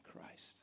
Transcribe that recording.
Christ